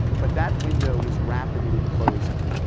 but that window is rapidly closing.